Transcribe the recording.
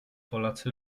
polacy